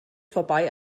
vorbei